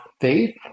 faith